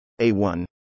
A1